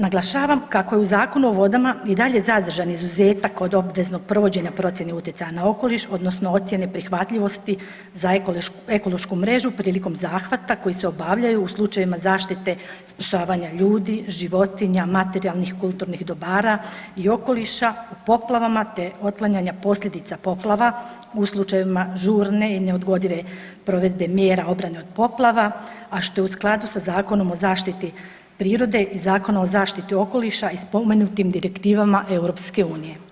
Naglašavam kako je u Zakonu o vodama i dalje zadržan izuzetak od obveznog provođenja procjene utjecaja na okoliš odnosno ocjene prihvatljivosti za ekološku mrežu prilikom zahvata koji se obavljaju u slučajevima zaštite spašavanja ljudi, životinja, materijalnih i kulturnih dobara i okoliša u poplavama, te otklanjanja posljedica poplava u slučajevima žurne i neodgodive provedbe mjera obrane od poplava, a što je u skladu sa Zakonom o zaštiti prirode i Zakona o zaštiti okoliša i spomenutim direktivama EU.